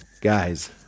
guys